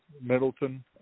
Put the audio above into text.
Middleton